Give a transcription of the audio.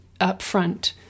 upfront